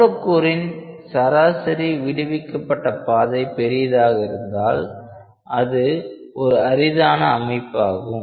மூலக்கூறின் சராசரி விடுவிக்கப்பட்ட பாதை பெரிதாக இருந்தால் அது ஒரு அரிதான அமைப்பாகும்